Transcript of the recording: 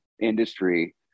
industry